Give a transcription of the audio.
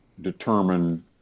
determine